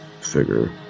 figure